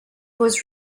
was